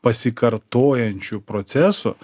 pasikartojančių procesų